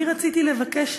אני רציתי לבקש,